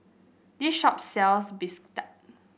this shop sells bistake